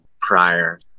prior